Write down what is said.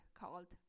called